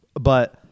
but-